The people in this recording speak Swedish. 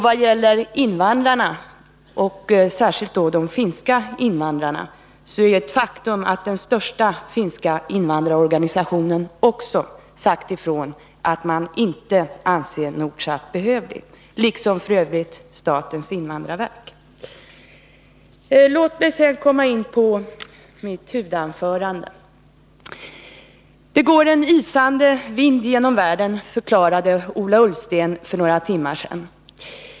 Vad gäller invandrarna och då särskilt de finska invandrarna är det ett faktum att den största finska invandrarorganisationen också sagt ifrån att man inte ansett Nordsat behövlig, liksom f. ö. statens invandrarverk. Låt mig sedan komma in på mitt huvudanförande. Det går en isande vind genom världen, förklarade Ola Ullsten för några timmar sedan.